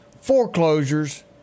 foreclosures